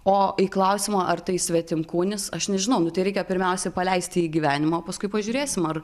o į klausimą ar tai svetimkūnis aš nežinau nu tai reikia pirmiausia paleist jį į gyvenimą o paskui pažiūrėsim ar